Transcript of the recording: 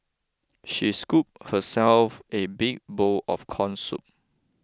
she scooped herself a big bowl of Corn Soup